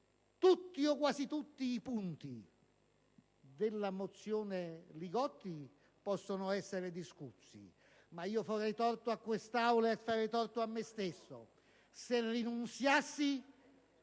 tutti, o quasi tutti, i punti della mozione Li Gotti possono essere discussi, ma farei torto a questa Aula e a me stesso se rinunziassi